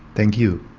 thank you.